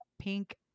pink